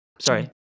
sorry